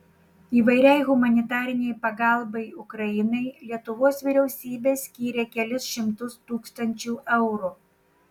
įvairiai humanitarinei pagalbai ukrainai lietuvos vyriausybė skyrė kelis šimtus tūkstančių eurų